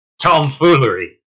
tomfoolery